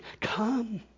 come